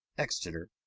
exeter,